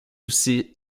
aussi